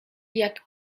jak